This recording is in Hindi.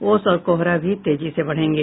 ओस और कोहरा भी तेजी से बढ़ेंगे